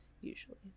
usually